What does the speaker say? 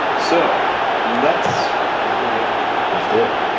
so let's get you a bulletproof coffee, shall but